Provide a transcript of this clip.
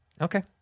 Okay